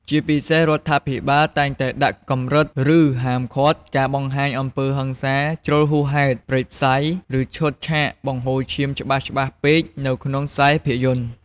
ជាពិសេស រដ្ឋាភិបាលតែងតែដាក់កម្រិត ឬហាមឃាត់ការបង្ហាញអំពើហិង្សាជ្រុលហួសហេតុ ព្រៃផ្សៃ ឬឈុតឆាកបង្ហូរឈាមច្បាស់ៗពេកនៅក្នុងខ្សែភាពយន្ត។